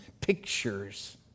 pictures